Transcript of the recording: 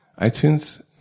iTunes